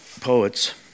poets